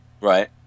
Right